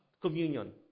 communion